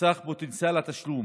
מסך פוטנציאל התשלום,